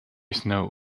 snow